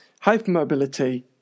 hypermobility